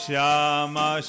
Shama